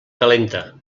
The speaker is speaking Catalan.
calenta